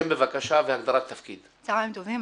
צוהריים טובים,